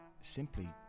simply